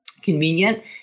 convenient